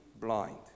blind